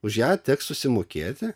už ją teks susimokėti